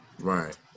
Right